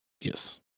Yes